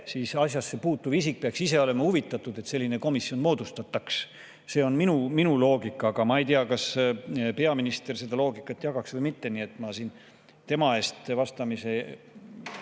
ka asjasse puutuv isik on ise huvitatud, et selline komisjon moodustataks. See on minu loogika, aga ma ei tea, kas peaminister seda loogikat jagaks või mitte. Ma tema eest vastamisel